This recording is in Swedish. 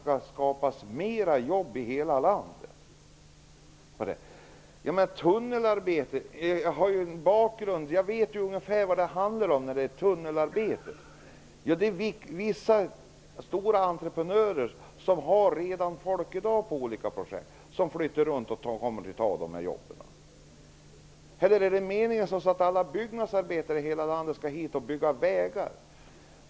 Tunnelarbete har ju en bakgrund -- jag vet ungefär vad det handlar om. Vissa stora entreprenörer har redan i dag folk på olika projekt som flyttar runt och kommer att ta dessa jobb. Eller är det meningen att alla byggnadsarbetare i hela landet skall komma hit och bygga vägar?